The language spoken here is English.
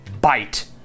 bite